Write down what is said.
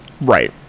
Right